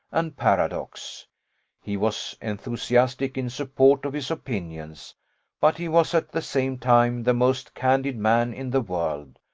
and paradox he was enthusiastic in support of his opinions but he was at the same time the most candid man in the world,